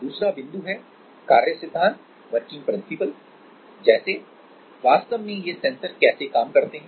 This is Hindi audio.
दूसरा बिंदु है वर्किंग प्रिंसिपल जैसे वास्तव में ये सेंसर कैसे काम करते हैं